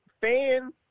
fans